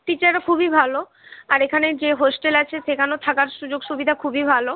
টিচারও খুবই ভালো আর এখানে যে হোস্টেল আছে সেখানেও থাকার সুযোগ সুবিধা খুবই ভালো